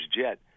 jet